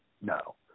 no